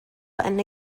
button